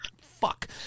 fuck